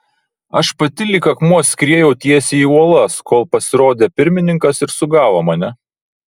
aš pati lyg akmuo skriejau tiesiai į uolas kol pasirodė pirmininkas ir sugavo mane